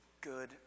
good